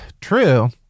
True